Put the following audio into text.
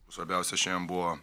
svarbiausia šiandien buvo